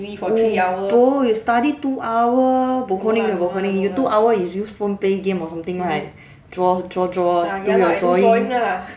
oh you study two hour you two hour is use phone play game or something right draw draw draw do your drawing